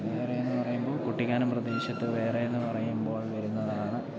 വേറെയെന്ന് പറയുമ്പോൾ കുട്ടിക്കാനം പ്രദേശത്ത് വേറെയെന്ന് പറയുമ്പോൾ വരുന്നതാണ്